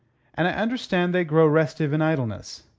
and i understand they grow restive in idleness.